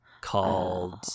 called